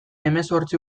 hemezortzi